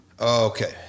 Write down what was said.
okay